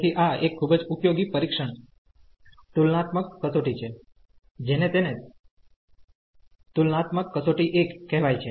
તેથી આ એક ખૂબ જ ઉપયોગી પરીક્ષણ તુલનાત્મક કસોટી છે જેને તેને તુલનાત્મક કસોટી 1 કહેવાય છે